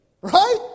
Right